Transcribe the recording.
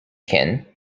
kin